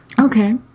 Okay